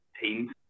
teams